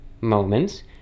moments